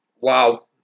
Wow